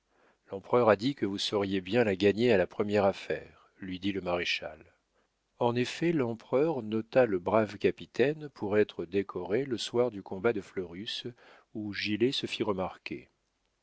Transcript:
l'empereur a dit que vous sauriez bien la gagner à la première affaire lui dit le maréchal en effet l'empereur nota le brave capitaine pour être décoré le soir du combat de fleurus où gilet se fit remarquer